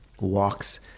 walks